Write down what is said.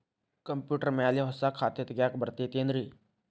Computer ಮ್ಯಾಲೆ ಹೊಸಾ ಖಾತೆ ತಗ್ಯಾಕ್ ಬರತೈತಿ ಏನ್ರಿ?